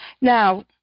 Now